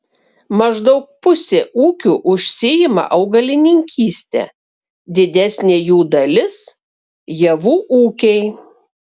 maždaug pusė ūkių užsiima augalininkyste didesnė jų dalis javų ūkiai